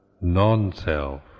non-self